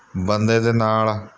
ਬੰਦੇ ਦੇ ਨਾਲ